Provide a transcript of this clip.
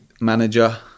manager